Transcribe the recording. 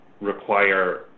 require